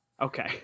Okay